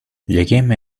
lleguéme